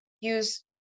use